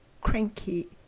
cranky